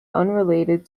unrelated